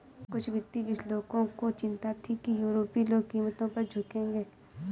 कुछ वित्तीय विश्लेषकों को चिंता थी कि यूरोपीय लोग कीमतों पर झुकेंगे